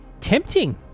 tempting